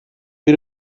bir